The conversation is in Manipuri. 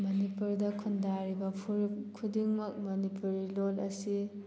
ꯃꯅꯤꯄꯨꯔꯗ ꯈꯨꯟꯗꯥꯔꯤꯕ ꯐꯨꯔꯨꯞ ꯈꯨꯗꯤꯡꯃꯛ ꯃꯅꯤꯄꯨꯔꯤ ꯂꯣꯟ ꯑꯁꯤ